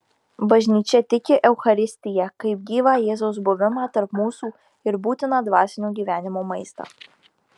bažnyčia tiki eucharistiją kaip gyvą jėzaus buvimą tarp mūsų ir būtiną dvasinio gyvenimo maistą